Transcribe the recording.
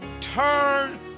turn